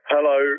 Hello